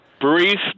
Brief